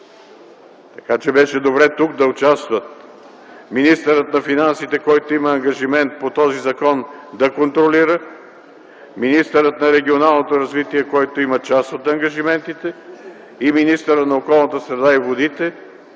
Така че беше добре тук да участват министърът на финансите, който има ангажимент по този закон да контролира; министърът на регионалното развитие, който има част от ангажиментите, и министърът на околната среда и водите,